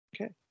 Okay